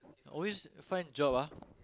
always find job ah